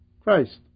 Christ